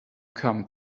come